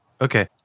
Okay